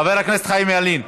חבר הכנסת חיים ילין,